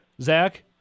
Zach